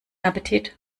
appetit